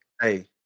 Hey